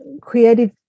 creative